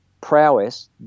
prowess